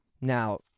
Now